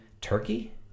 Turkey